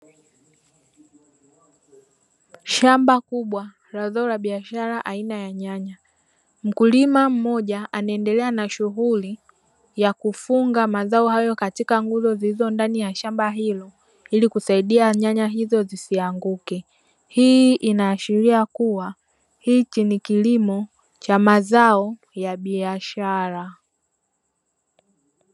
Shamba kubwa la zao la biashara aina ya nyanya. Mkulima mmoja anaendelea na shughuli ya kufunga mazao hayo katika nguzo zilizo ndani ya shamba hilo, ili kusaidia nyanya hizo zisianguke. Hii inaashiria kuwa hichi ni kilimo cha mazao ya biashara.